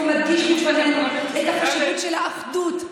ומדגיש בפנינו את החשיבות של האחדות,